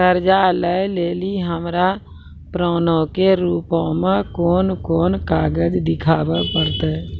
कर्जा लै लेली हमरा प्रमाणो के रूपो मे कोन कोन कागज देखाबै पड़तै?